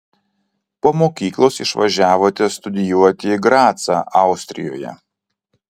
po mokyklos išvažiavote studijuoti į gracą austrijoje